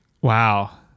Wow